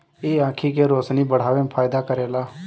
इ आंखी के रोशनी बढ़ावे में फायदा करेला